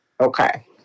Okay